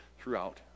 throughout